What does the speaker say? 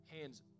Hands